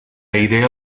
idea